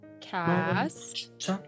cast